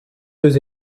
deux